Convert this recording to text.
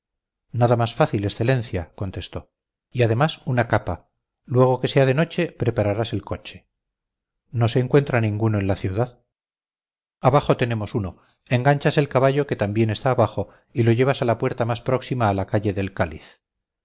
nada más fácil excelencia contestó y además una capa luego que sea de noche prepararás el coche no se encuentra ninguno en la ciudad abajo tenemos uno enganchas el caballo que también está abajo y lo llevas a la puerta más próxima a la calle del cáliz